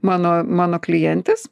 mano mano klientės